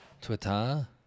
Twitter